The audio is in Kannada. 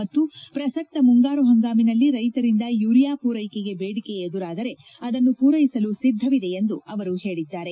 ಮತ್ತು ಪ್ರಸಕ್ತ ಮುಂಗಾರು ಹಂಗಾಮಿನಲ್ಲಿ ರೈತರಿಂದ ಯೂರಿಯಾ ಪೂರೈಕೆಗೆ ಬೇಡಿಕೆ ಎದುರಾದರೆ ಅದನ್ನು ಪೂರೈಸಲು ಸಿದ್ದವಿದೆ ಎಂದು ಅವರು ಹೇಳಿದ್ದಾರೆ